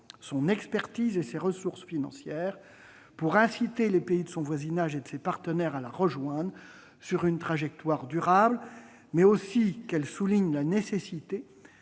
son expertise et ses ressources financières pour inciter les pays de son voisinage et ses partenaires à la rejoindre sur une trajectoire durable », mais aussi qu'elle souligne « la nécessité